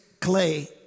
clay